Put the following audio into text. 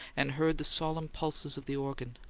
and heard the solemn pulses of the organ.